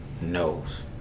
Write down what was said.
knows